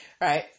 right